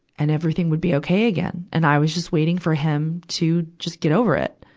and everything would be okay again. and i was just waiting for him to just get over it.